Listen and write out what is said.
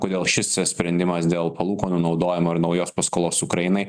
kodėl šis sprendimas dėl palūkanų naudojimo ir naujos paskolos ukrainai